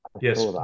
yes